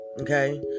Okay